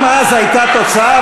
גם אז הייתה תוצאה,